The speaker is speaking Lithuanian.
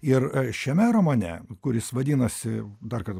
ir šiame romane kuris vadinasi dar kartą